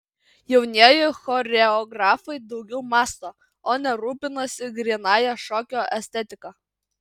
jaunieji choreografai daugiau mąsto o ne rūpinasi grynąja šokio estetika